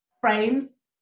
frames